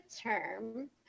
term